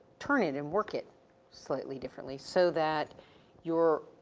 turn it and work it slightly differently so that your